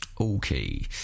Okay